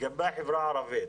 בחברה הערבית.